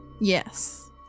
Yes